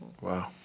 Wow